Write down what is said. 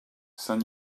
saint